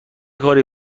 کاری